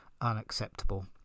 unacceptable